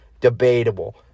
Debatable